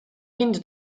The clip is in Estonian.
hindu